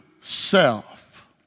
self